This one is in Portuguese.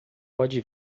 pode